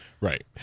Right